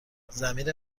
ضمیر